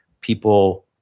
people